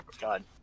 God